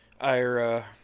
Ira